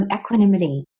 equanimity